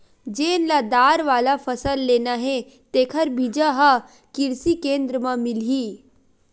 जेन ल दार वाला फसल लेना हे तेखर बीजा ह किरसी केंद्र म मिलही